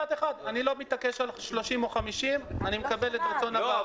לא מתעקש על 30 או 50, אני מקבל את רצון הוועדה.